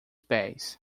pés